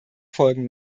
folgen